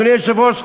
אדוני היושב-ראש,